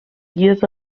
guies